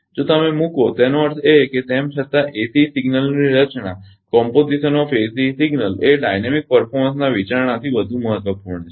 જો તમે મૂકો તેનો અર્થ એ કે તેમ છતાં એસીઇ સિગ્નલની રચના એ ગતિશીલ પ્રદર્શનના વિચારણાથી વધુ મહત્વપૂર્ણ છે